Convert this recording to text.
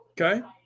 Okay